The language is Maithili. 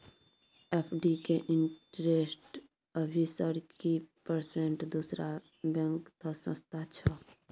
एफ.डी के इंटेरेस्ट अभी सर की परसेंट दूसरा बैंक त सस्ता छः?